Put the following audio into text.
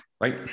right